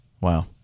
Wow